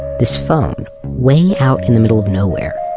this phone way out in the middle of nowhere,